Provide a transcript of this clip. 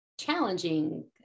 challenging